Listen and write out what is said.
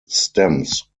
stems